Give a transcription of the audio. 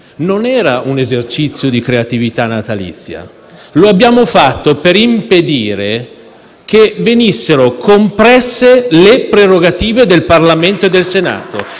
non è stato un esercizio di creatività natalizia. Lo abbiamo fatto per impedire che venissero compresse le prerogative del Parlamento e del Senato